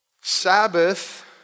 Sabbath